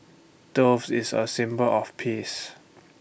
dove is A symbol of peace